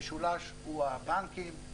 המשולש הוא הבנקים,